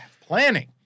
planning